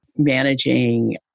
managing